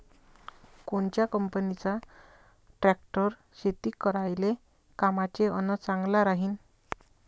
कोनच्या कंपनीचा ट्रॅक्टर शेती करायले कामाचे अन चांगला राहीनं?